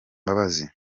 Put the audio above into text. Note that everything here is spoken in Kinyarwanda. mbabazi